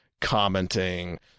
commenting